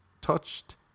touched